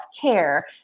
care